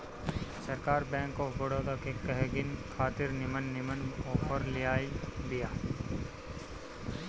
सरकार bank of Baroda के गहकिन खातिर निमन निमन आफर लियाइल बिया